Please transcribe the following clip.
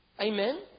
Amen